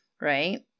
right